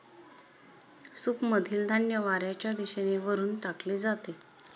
सूपमधील धान्य वाऱ्याच्या दिशेने वरून टाकले जाते